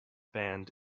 band